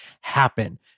happen